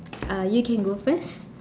uh you can go first